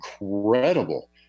incredible